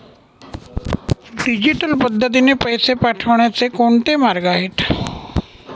Digital पद्धतीने पैसे पाठवण्याचे कोणते मार्ग आहेत?